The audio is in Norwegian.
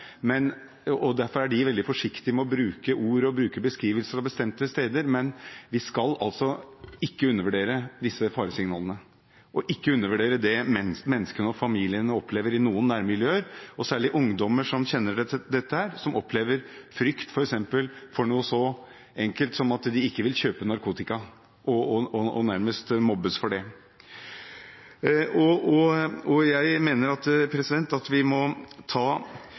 derfor er de veldig forsiktige med å bruke ord om og beskrivelser av bestemte steder. Men vi skal altså ikke undervurdere disse faresignalene og heller ikke undervurdere det mennesker og familier opplever i noen nærmiljøer. Det er særlig ungdommer som kjenner til dette, som opplever frykt for nærmest å mobbes for noe så enkelt som at de ikke vil kjøpe narkotika. Vi har fått en lærepenge når det har vokst fram et nytt, farlig gjengmiljø som politiet og